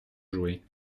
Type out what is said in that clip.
jouer